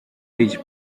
each